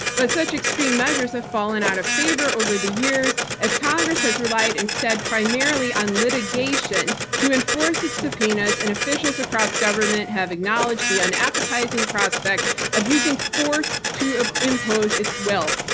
but such extreme measures have fallen out of favor over the years as congress has relied instead, primarily, on litigation to enforce its subpoenas and officials across government have acknowledged the unappetizing prospect of using force to ah impose its will.